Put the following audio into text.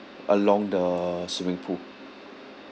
along the swimming pool